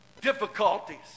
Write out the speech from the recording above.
difficulties